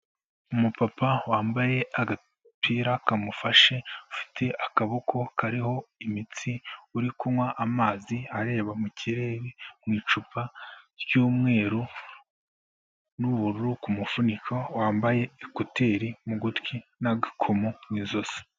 Umupapa wambaye agapira kamufashe, ufite akaboko kariho imitsi, uri kunywa amazi areba mu kirere, mu icupa ry'umweru n'ubururu ku mufuniko, wambaye ekuteri mu gutwi n'agakomo mu ijosi.